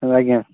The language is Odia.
ହଁ ଆଜ୍ଞା